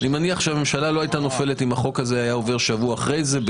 אני מניח שהממשלה לא הייתה נופלת אם החוק הזה היה עובר שבוע אחרי זה,